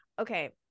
Okay